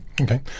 okay